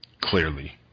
Clearly